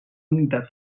unitat